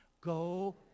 Go